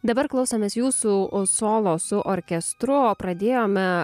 dabar klausomės jūsų o solo su orkestru pradėjome